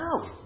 out